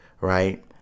right